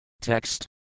Text